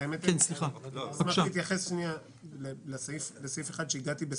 אשמח להתייחס לסעיף 1, שהגעתי בסופו.